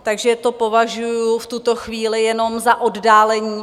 Takže to považuji v tuto chvíli jenom za oddálení.